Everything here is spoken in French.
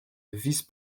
vice